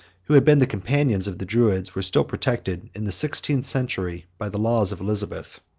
who had been the companions of the druids, were still protected, in the sixteenth century, by the laws of elizabeth.